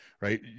right